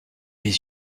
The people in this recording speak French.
les